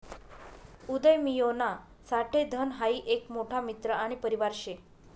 उदयमियोना साठे धन हाई एक मोठा मित्र आणि परिवार शे